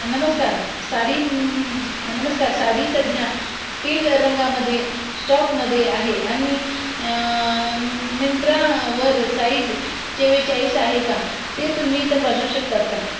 नमस्कार साडी नमस्कार साडी सध्या टील रंगामध्ये श्टॉकमध्ये आहे आणि मिंत्रावर साइज चव्वेचाळीस आहे का ते तुम्ही तपासू शकतात का